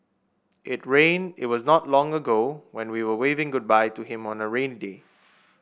it rain it was not long ago when we were waving goodbye to him on a rain day